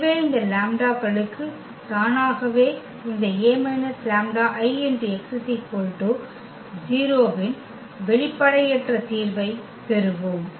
எனவே இந்த லாம்ப்டாக்களுக்கு தானாகவே இந்த A − λIx 0 இன் வெளிப்படையற்ற தீர்வைப் பெறுவோம்